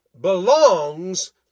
belongs